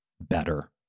better